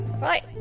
Right